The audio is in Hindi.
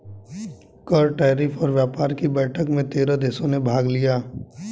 कर, टैरिफ और व्यापार कि बैठक में तेरह देशों ने भाग लिया